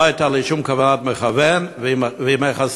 לא הייתה לי שום כוונת מכוון, ועמך הסליחה.